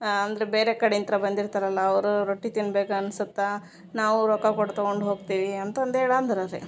ಆ ಅಂದರೆ ಬೇರೆ ಕಡೆಯಿಂತ್ರ ಬಂದಿರ್ತಾರಲ್ಲ ಅವರು ರೊಟ್ಟಿ ತಿನ್ಬೇಕನ್ಸತ್ತಾ ನಾವು ರೊಕ್ಕ ಕೊಟ್ಟ್ ತಗೊಂಡು ಹೋಗ್ತೀವಿ ಅಂತಂದೇಳಿ ಅಂದ್ರ ರೀ